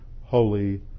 holy